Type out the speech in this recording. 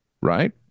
right